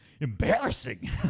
embarrassing